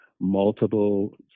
multiple